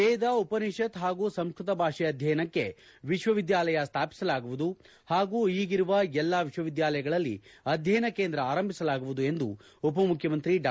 ವೇದ ಉಪನಿಷತ್ ಹಾಗೂ ಸಂಸ್ಕೃತ ಭಾಷೆ ಅಧ್ಯಯನಕ್ಕೆ ವಿಶ್ವವಿದ್ಯಾಲಯ ಸ್ಥಾಪಿಸಲಾಗುವುದು ಹಾಗೂ ಈಗಿರುವ ಎಲ್ಲ ವಿಶ್ವ ವಿದ್ಯಾಲಯಗಳಲ್ಲಿ ಅಧ್ಯಯನ ಕೇಂದ್ರ ಆರಂಭಿಸಲಾಗುವುದು ಎಂದು ಉಪಮುಖ್ಯಮಂತ್ರಿ ಡಾ